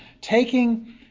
taking